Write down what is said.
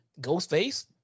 Ghostface